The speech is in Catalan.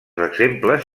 exemples